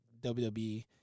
WWE